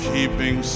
Keeping